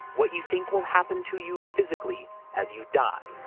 what you think will happen to you physically as you die.